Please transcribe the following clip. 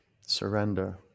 surrender